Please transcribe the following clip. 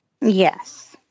Yes